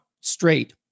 straight